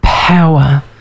Power